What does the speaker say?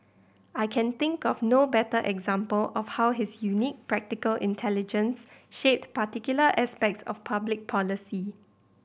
I can think of no better example of how his unique practical intelligence shaped particular aspects of public policy